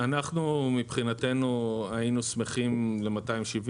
אנחנו מבחינתנו היינו שמחים ל-270.